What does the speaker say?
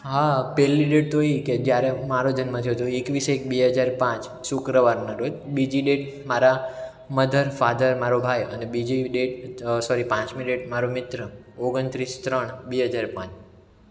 હા પહેલી ડેટ તો એ કે જ્યારે મારો જન્મ થયો તો એકવીસ એક બે હજાર પાંચ શુક્રવારના રોજ બીજી ડેટ મારા મધર ફાધર મારો ભાઈ અને બીજી ડેટ સૉરી પાંચમી ડેટ મારો મિત્ર ઓગણત્રીસ ત્રણ બે હજાર પાંચ